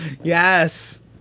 Yes